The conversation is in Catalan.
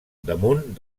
damunt